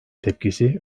tepkisi